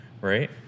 right